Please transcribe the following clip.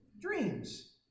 dreams